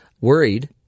worried